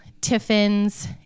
Tiffin's